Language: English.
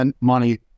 money